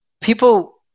People